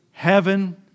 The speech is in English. heaven